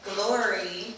Glory